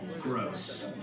gross